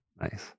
nice